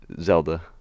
Zelda